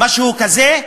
משהו כזה,